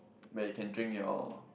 where you can drink your